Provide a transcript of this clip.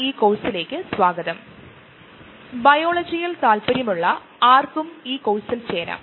ഈ കോഴ്സിന്റെ ഓർഗനൈസേഷൻ ഒരുപക്ഷേ നിങ്ങൾ പാഠപുസ്തകങ്ങളിൽ പൂർണ്ണമായ രീതിയിൽ കണ്ടെത്തിയേക്കില്ല